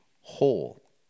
whole